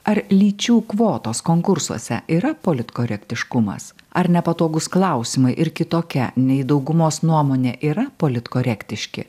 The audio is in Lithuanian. ar lyčių kvotos konkursuose yra politkorektiškumas ar nepatogūs klausimai ir kitokia nei daugumos nuomonė yra politkorektiški